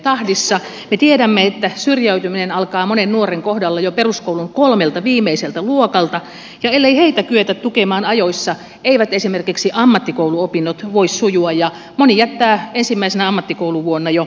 me tiedämme että syrjäytyminen alkaa monen nuoren kohdalla jo peruskoulun kolmelta viimeiseltä luokalta ja ellei heitä kyetä tukemaan ajoissa eivät esimerkiksi ammattikouluopinnot voi sujua ja moni jättää jo ensimmäisenä ammattikouluvuonna opintonsa kesken